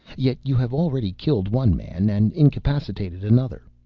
yet you have already killed one man and incapacitated another.